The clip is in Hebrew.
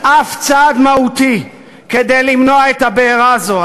אף צעד מהותי כדי למנוע את הבעירה הזו,